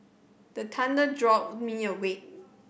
the thunder jolt me awake